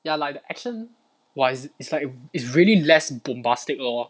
ya like the action !wah! it's like it's really less bombastic lor